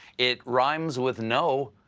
it rhymes with no.